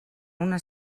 una